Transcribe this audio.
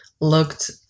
looked